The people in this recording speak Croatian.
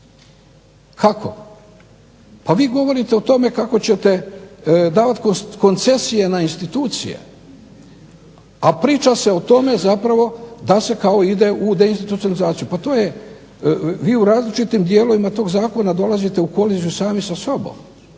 Kako? Pa vi govorite o tome kako ćete davati koncesije na institucije, a priča se o tome zapravo da se kao ide u deinstitucionalizaciju. Pa to je, vi u različitim dijelovima tog zakona dolazite u koliziju sami sa sobom.